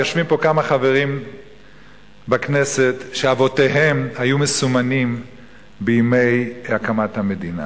יושבים פה כמה אנשים בכנסת שאבותיהם היו מסומנים בימי הקמת המדינה.